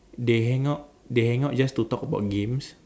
they hang out they hang out just to talk about games